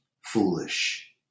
foolish